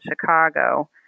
Chicago